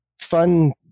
fun